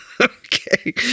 Okay